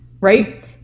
right